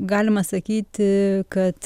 galima sakyti kad